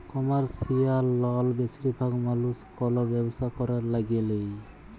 commercial লল বেশিরভাগ মালুস কল ব্যবসা ক্যরার ল্যাগে লেই